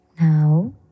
Now